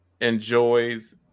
enjoys